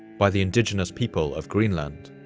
by the indigenous people of greenland.